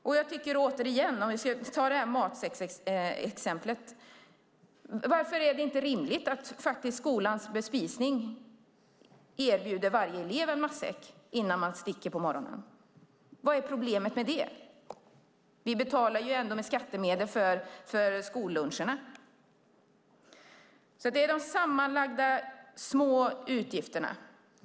Låt oss återigen ta det här matsäcksexemplet: Varför är det inte rimligt att skolans bespisning erbjuder varje elev en matsäck innan man sticker på morgonen? Vad är problemet med det? Vi betalar ju ändå med skattemedel för skolluncherna. Det handlar om de sammanlagda små utgifterna.